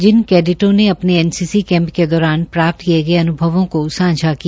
जिन कैडिटों ने अपने एनसीसी कैंप के दौरान प्राप्त किये गये अनुभवों को सांझा किया